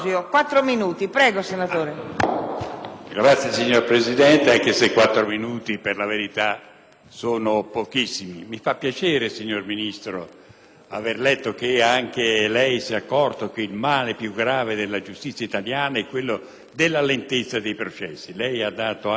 *(PD)*. Signora Presidente, quattro minuti per la verità sono pochissimi. Mi fa piacere, signor Ministro, aver letto che anche lei si è accorto che il male più grave della giustizia italiana è quello della lentezza dei processi. Lei ha anche dato i tempi di definizione,